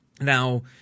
Now